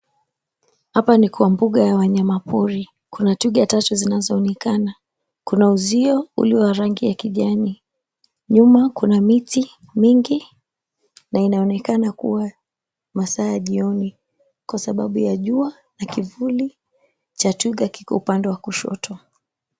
Hapa ni kwa mbuga ya wanyamapori kuna twiga watatu wanaonekana, kuna uzio ulio wa rangi ya kijani, nyuma kuna miti mingi na inaonekana kuwa masaa ya jioni kwasababu ya jua na kivuli cha twiga kiko upande wa kushoto.